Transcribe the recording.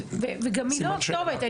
לא הכתובת.